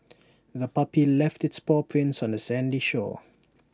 the puppy left its paw prints on the sandy shore